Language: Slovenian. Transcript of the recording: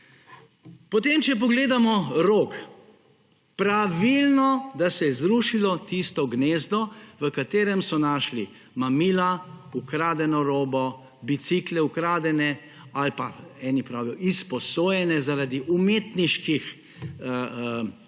Potem, če pogledamo Rog – pravilno, da se je zrušilo tisto gnezdo, v katerem so našli mamila, ukradeno robo, bicikle ukradene ali pa eni pravijo izposojene zaradi umetniških